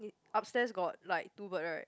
upstairs got like two bird right